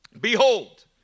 Behold